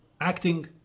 Acting